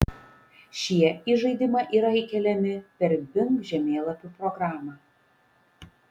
šie į žaidimą yra įkeliami per bing žemėlapių programą